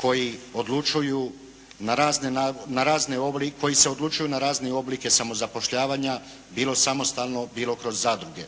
koji se odlučuju na razne oblike samozapošljavanja, bilo samostalno, bilo kroz zadruge.